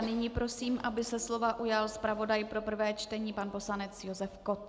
Nyní prosím, aby se slova ujal zpravodaj pro prvé čtení pan poslanec Josef Kott.